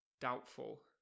doubtful